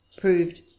proved